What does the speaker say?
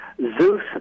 Zeus